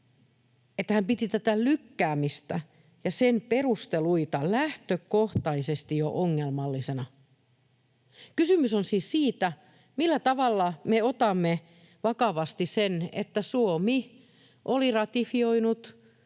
hän piti tätä lykkäämistä ja sen perusteluita jo lähtökohtaisesti ongelmallisina. Kysymys on siis siitä, millä tavalla me otamme vakavasti sen, että Suomi oli ratifioinut